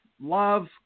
Love